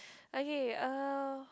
okay err